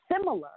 similar